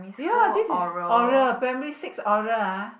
ya this is oral primary six oral ah